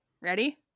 Ready